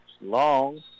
Long